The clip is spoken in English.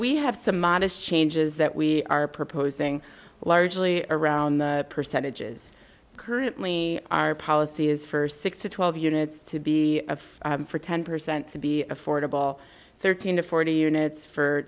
we have some modest changes that we are proposing largely around the percentages currently our policy is for six to twelve units to be of for ten percent to be affordable thirteen to forty units for